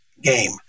game